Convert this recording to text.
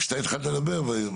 כשאתה התחלת לדבר,